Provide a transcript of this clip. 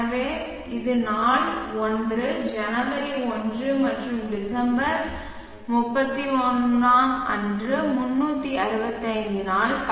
எனவே இது நாள் 1 ஜனவரி 1 மற்றும் டிசம்பர் 31 அன்று 365 நாள்